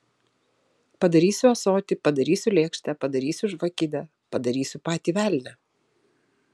padarysiu ąsotį padarysiu lėkštę padarysiu žvakidę padarysiu patį velnią